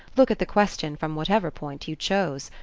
look at the question from whatever point you chose.